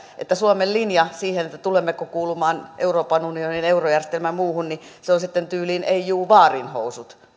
että suomen linja siihen tulemmeko kuulumaan euroopan unioniin ja eurojärjestelmään ja muuhun on sitten tyyliin ei juu vaarinhousut